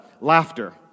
laughter